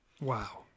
Wow